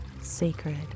sacred